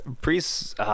priests